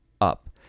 up